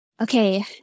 Okay